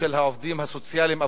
של העובדים הסוציאליים,